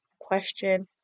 question